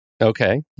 Okay